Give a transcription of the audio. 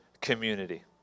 community